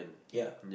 ya